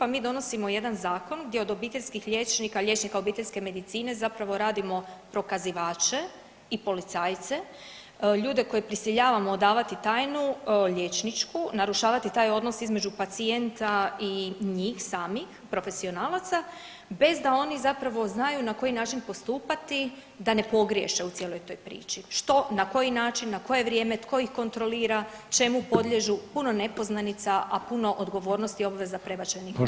A mi donosimo jedan zakon gdje od obiteljskih liječnika, liječnika obiteljske medicine zapravo radimo prokazivače i policajce, ljude koje prisiljavamo odavati tajnu liječničku, narušavati taj odnos između pacijenta i njih samih profesionalaca bez da oni zapravo znaju na koji način postupati da ne pogriješe u cijeloj toj priči, što na koji način, na koje vrijeme, tko ih kontrolira, čemu podliježu, puno nepoznanica, a puno odgovornosti i obveza prebačenih na njih.